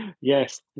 Yes